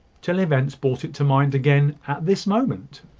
till events brought it to mind again at this moment.